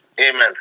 Amen